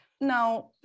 Now